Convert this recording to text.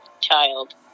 child